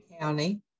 County